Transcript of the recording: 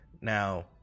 Now